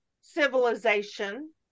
civilization